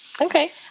Okay